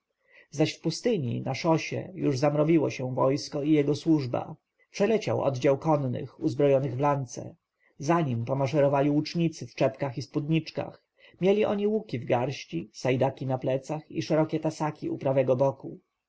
zaś w pustyni na szosie już zamrowiło się wojsko i jego służba przeleciał oddział konnych uzbrojonych w lance za nim pomaszerowali łucznicy w czepkach i spódniczkach mieli oni łuki w garści sajdaki na plecach i szerokie tasaki u prawego boku